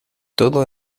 todo